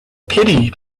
pity